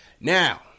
Now